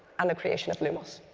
and the creation of lumos.